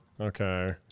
Okay